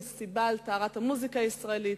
מסיבה על טהרת המוזיקה הישראלית,